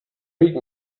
read